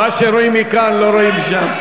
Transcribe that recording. מה שרואים מכאן לא רואים משם.